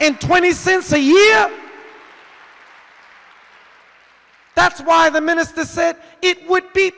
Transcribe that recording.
and twenty cents a year that's why the minister said it would be